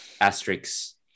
asterisks